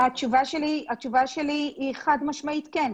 התשובה שלי היא חד משמעית כן.